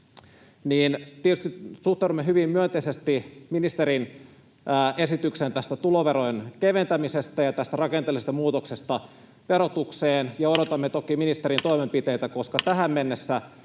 suhtaudumme hyvin myönteisesti ministerin esitykseen tästä tuloverojen keventämisestä ja tästä rakenteellisesta muutoksesta verotukseen ja odotamme toki ministerin toimenpiteitä, koska tähän mennessä